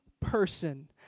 person